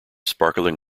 sparkling